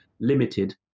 limited